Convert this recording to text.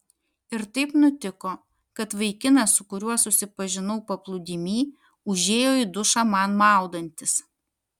ir taip nutiko kad vaikinas su kuriuo susipažinau paplūdimy užėjo į dušą man maudantis